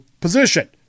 position